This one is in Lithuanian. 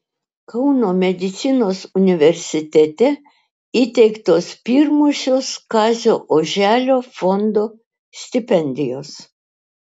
kauno medicinos universitete įteiktos pirmosios kazio oželio fondo stipendijos